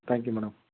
thank you madam